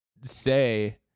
say